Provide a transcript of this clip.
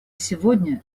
сегодня